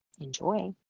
Enjoy